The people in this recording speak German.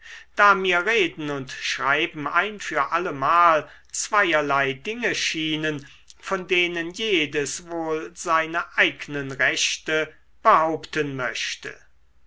da mir reden und schreiben ein für allemal zweierlei dinge schienen von denen jedes wohl seine eignen rechte behaupten möchte